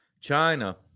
China